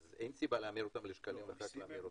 אין סיבה להמיר אותם לשקלים ואחרי זה להמיר אותם.